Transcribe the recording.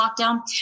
lockdown